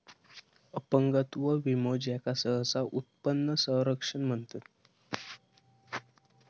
अपंगत्व विमो, ज्याका सहसा उत्पन्न संरक्षण म्हणतत